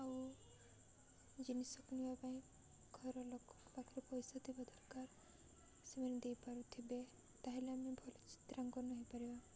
ଆଉ ଜିନିଷ କିଣିବା ପାଇଁ ଘର ଲୋକଙ୍କ ପାଖରେ ପଇସା ଥିବା ଦରକାର ସେମାନେ ଦେଇପାରୁଥିବେ ତା'ହେଲେ ଆମେ ଭଲ ଚିତ୍ରାଙ୍କନ ହେଇପାରିବା